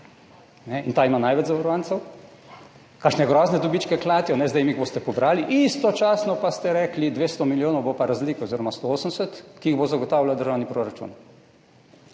in ta ima največ zavarovancev – kakšne grozne dobičke klatijo, zdaj pobrali. Istočasno pa ste rekli, 200 milijonov bo pa razlike oziroma 180 milijonov, ki jih bo zagotavljal državni proračun.